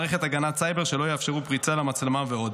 מערכות הגנת סייבר שלא יאפשרו פריצה למצלמה ועוד.